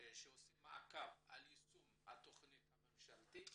ביצוע מעקב יישום התכנית הממשלתית